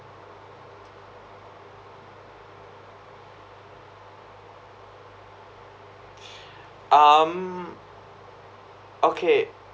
um okay